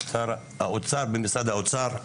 השר במשרד האוצר,